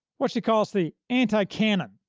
what she calls the anti-cannon,